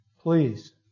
please